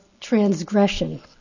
transgression